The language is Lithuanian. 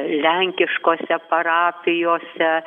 lenkiškose parapijose